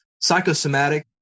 psychosomatic